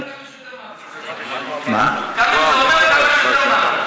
גם בזמן שאתה אומר,